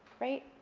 right,